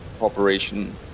operation